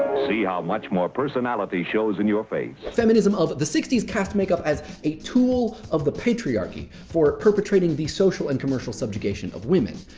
see how much more personality shows in your face. feminism of the sixty s cast makeup as a tool of the patriarchy for perpetrating the social and commercial subjugation of women.